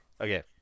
okay